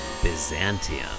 byzantium